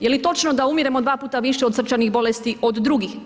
Jeli točno da umiremo dva puta više od srčanih bolesti od dugih?